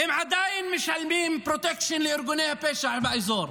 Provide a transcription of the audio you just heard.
הם עדיין משלמים פרוטקשן לארגוני הפשע באזור.